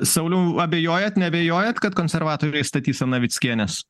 sauliau abejojat neabejojat kad konservatoriai statys ant navickienės